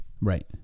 Right